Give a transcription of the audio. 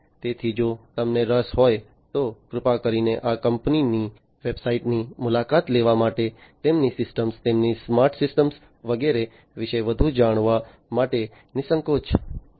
તેથી જો તમને રસ હોય તો કૃપા કરીને આ કંપનીની વેબસાઇટ્સની મુલાકાત લેવા માટે તેમની સિસ્ટમ્સ તેમની સ્માર્ટ સિસ્ટમ્સ વગેરે વિશે વધુ જાણવા માટે નિઃસંકોચ કરો